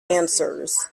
answers